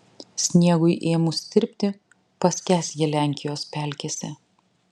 sniegui ėmus tirpti paskęs jie lenkijos pelkėse